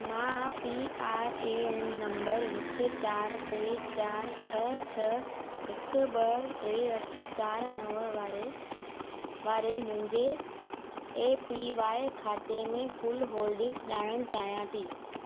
मां P R A N number हिक चारि ट्रे चार छह छह हिकु ॿ टे अठ चारि नव वारे वारे मुंहिंजे ए पी वाय खाते में कुल होल्डिंग्स ॼाणण चाहियां थी